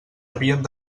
havien